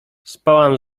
spałam